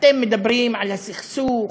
אתם מדברים על הסכסוך,